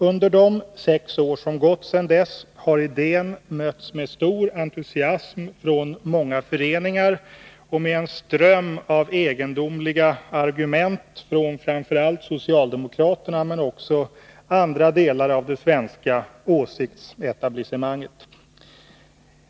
Under de sex år som gått sedan dess har idén mötts med stor entusiasm från många föreningars sida, men också med en ström av egendomliga argument från framför allt socialdemokraterna, liksom också från andra delar av det svenska åsiktsetablissemanget.